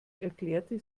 erklärte